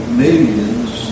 millions